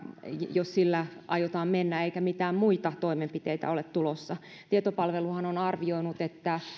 jos sillä aiotaan mennä eikä mitään muita toimenpiteitä ole tulossa tietopalveluhan on arvioinut että